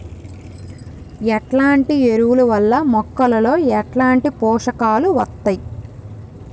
ఎట్లాంటి ఎరువుల వల్ల మొక్కలలో ఎట్లాంటి పోషకాలు వత్తయ్?